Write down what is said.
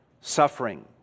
suffering